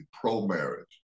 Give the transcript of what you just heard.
pro-marriage